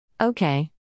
Okay